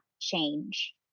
change